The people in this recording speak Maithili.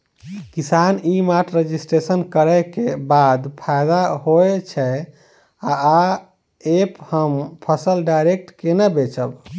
किसान ई मार्ट रजिस्ट्रेशन करै केँ बाद की फायदा होइ छै आ ऐप हम फसल डायरेक्ट केना बेचब?